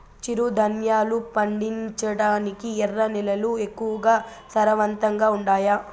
చిరుధాన్యాలు పండించటానికి ఎర్ర నేలలు ఎక్కువగా సారవంతంగా ఉండాయా